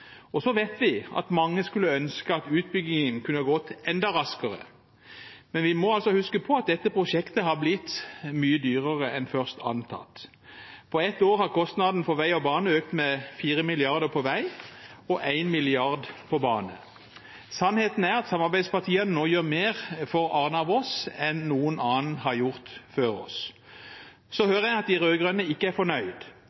Vi vet at mange skulle ønske at utbyggingen kunne gått enda raskere, men vi må altså huske på at dette prosjektet har blitt mye dyrere enn først antatt. På ett år har kostnaden for vei og bane økt med 4 mrd. kr på vei og 1 mrd. kr på jernbane. Sannheten er at samarbeidspartiene nå gjør mer for Arna–Voss enn noen annen har gjort før oss.